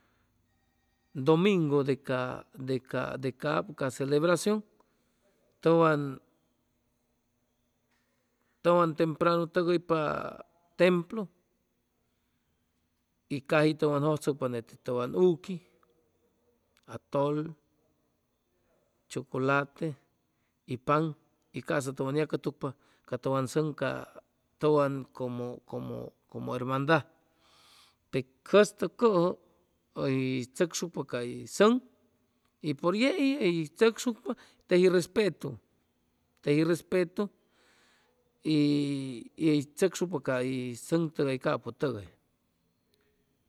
Domingu de cap cap ca celebracion tʉwan tʉwan tempranu tʉgʉypa templu y caji tʉwan jʉjchʉcpa nete tʉwan uqui atol, chuculate y pan y ca'sa tʉwan yacʉtucpa ca tʉwan sʉŋ tʉwan tʉwan como como hermandad te jʉstʉcʉjʉ hʉy tzʉcsucpa hʉy sʉŋ y por yei hʉyt tzʉcsucpa teji hʉy respetu tey respetu y y hʉy tzʉcsucpa cay sʉŋ tʉgay capʉ tʉgay